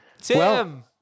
Tim